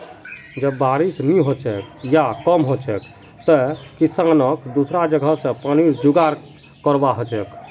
जब बारिश नी हछेक या कम हछेक तंए किसानक दुसरा जगह स पानीर जुगाड़ करवा हछेक